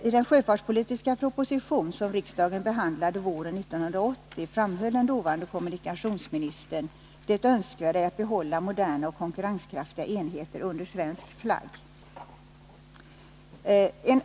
I den sjöfartspolitiska proposition som riksdagen behandlade våren 1980 framhöll den dåvarande kommunikationsministern det önskvärda i att behålla moderna och konkurrenskraftiga enheter under svensk flagg.